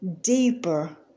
deeper